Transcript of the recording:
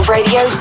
Radio